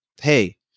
hey